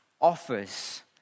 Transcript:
offers